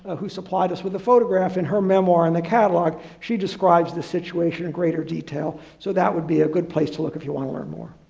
ah who supplied us with the photograph in her memoir and the catalog, she describes the situation in greater detail. so that would be a good place to look if you want to learn more.